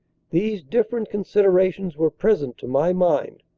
these different considerations were present to my mind.